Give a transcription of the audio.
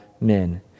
men